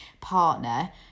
partner